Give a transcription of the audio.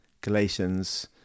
Galatians